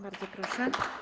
Bardzo proszę.